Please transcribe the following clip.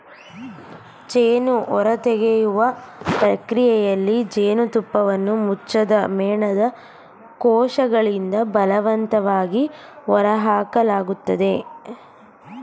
ಜೇನು ಹೊರತೆಗೆಯುವ ಪ್ರಕ್ರಿಯೆಯಲ್ಲಿ ಜೇನುತುಪ್ಪವನ್ನು ಮುಚ್ಚದ ಮೇಣದ ಕೋಶಗಳಿಂದ ಬಲವಂತವಾಗಿ ಹೊರಹಾಕಲಾಗ್ತದೆ